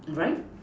right